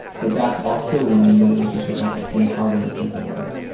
but that's also when the relationship also became harder in a different way.